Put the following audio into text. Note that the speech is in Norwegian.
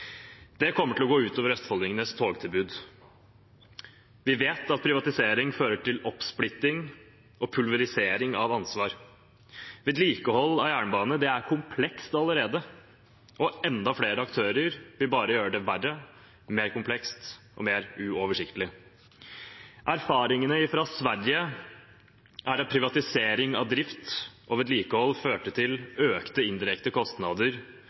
Det kommer til å gå ut over østfoldingenes togtilbud. Vi vet at privatisering fører til oppsplitting og pulverisering av ansvar. Vedlikehold av jernbane er komplekst allerede, og enda flere aktører vil bare gjøre det verre, mer komplekst og mer uoversiktlig. Erfaringene fra Sverige er at privatisering av drift og vedlikehold førte til økte indirekte kostnader